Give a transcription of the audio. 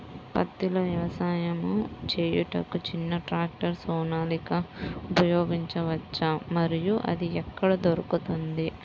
పత్తిలో వ్యవసాయము చేయుటకు చిన్న ట్రాక్టర్ సోనాలిక ఉపయోగించవచ్చా మరియు అది ఎక్కడ దొరుకుతుంది?